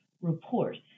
report